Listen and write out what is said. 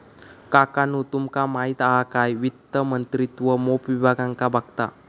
काकानु तुमका माहित हा काय वित्त मंत्रित्व मोप विभागांका बघता